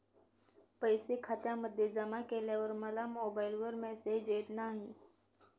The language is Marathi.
पैसे खात्यामध्ये जमा केल्यावर मला मोबाइलवर मेसेज येत नाही?